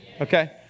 Okay